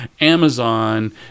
Amazon